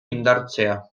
indartzea